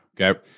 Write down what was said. Okay